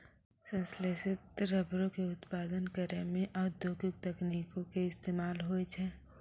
संश्लेषित रबरो के उत्पादन करै मे औद्योगिक तकनीको के इस्तेमाल होय छै